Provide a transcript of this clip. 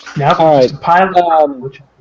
Alright